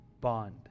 bond